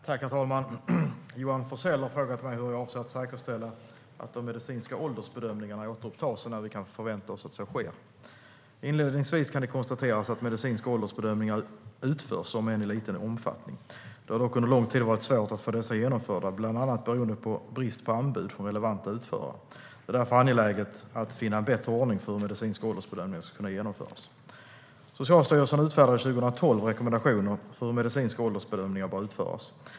Herr talman! Johan Forssell har frågat mig hur jag avser att säkerställa att de medicinska åldersbedömningarna återupptas och när vi kan förvänta oss att så sker. Inledningsvis kan det konstateras att medicinska åldersbedömningar utförs, om än i liten omfattning. Det har dock under lång tid varit svårt att få dessa genomförda bland annat beroende på brist på anbud från relevanta utförare. Det är därför angeläget att finna en bättre ordning för hur medicinska åldersbedömningar ska kunna genomföras. Socialstyrelsen utfärdade 2012 rekommendationer för hur medicinska åldersbedömningar bör utföras.